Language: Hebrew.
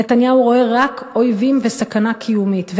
נתניהו רואה רק אויבים וסכנה קיומית,